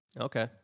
Okay